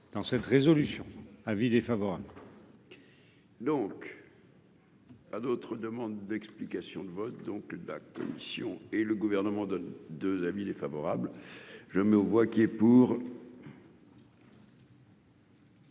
dans cette résolution, avis défavorable. Donc. À d'autres demandes d'explications de vote, donc de la commission et le gouvernement donne de la ville est favorable je mets aux voix qui est pour.